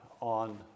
on